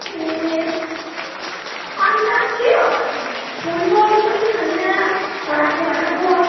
ए अन्त के हो फोनसोन पनि छैन हराएको हराएको